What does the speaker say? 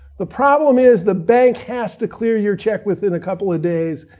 the problem is the bank has to clear your check within a couple of days,